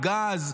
גז,